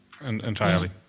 entirely